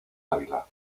ávila